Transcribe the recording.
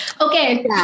Okay